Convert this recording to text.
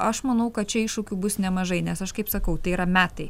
aš manau kad čia iššūkių bus nemažai nes aš kaip sakau tai yra metai